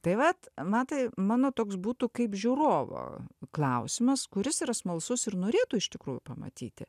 tai vat na tai mano toks būtų kaip žiūrovo klausimas kuris yra smalsus ir norėtų iš tikrųjų pamatyti